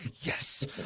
Yes